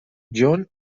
john